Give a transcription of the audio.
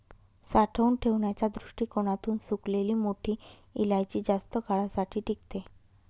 साठवून ठेवण्याच्या दृष्टीकोणातून सुकलेली मोठी इलायची जास्त काळासाठी टिकते